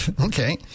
Okay